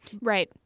Right